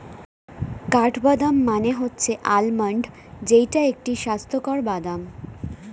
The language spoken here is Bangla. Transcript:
কাঠবাদাম মানে হচ্ছে আলমন্ড যেইটা একটি স্বাস্থ্যকর বাদাম